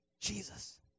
Jesus